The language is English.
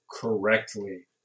correctly